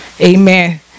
Amen